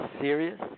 serious